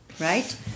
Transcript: right